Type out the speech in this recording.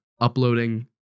uploading